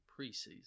preseason